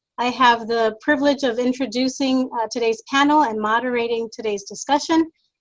i have the privilege of introducing today's panel and moderating today's discussion.